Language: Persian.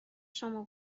شما